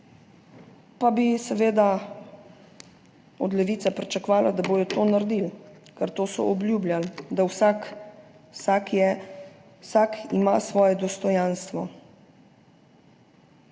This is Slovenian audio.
pa bi seveda od Levice pričakovala, da bodo to naredili, ker to so obljubljali, da ima vsak svoje dostojanstvo.